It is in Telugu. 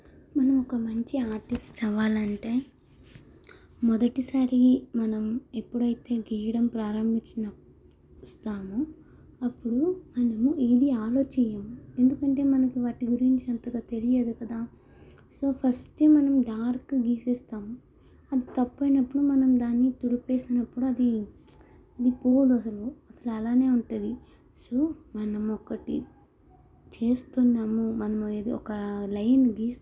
మనం ఒక మంచి ఆర్టిస్ట్ అవ్వాలంటే మొదటిసారి మనం ఎప్పుడైతే గీయడం ప్రారంభించినపుడు ఇస్తామో అప్పుడు మనం ఏది అలో చెయ్యము ఎందుకంటే మనకు వాటి గురించి అంతగా తెలియదు కదా సో ఫస్టే మనం డార్క్ గీసేస్తాము అది తప్పి పోయినప్పుడు మనం దాన్ని తుడిపేసినప్పుడు అది అది పోదు అసలు అసల అలానే ఉంటుంది సో మనము ఒకటి చేస్తున్నాము మనము అనేది ఒక లైన్